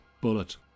Bullet